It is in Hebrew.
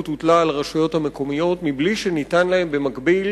הוטלה על הרשויות המקומיות מבלי שניתנה להן במקביל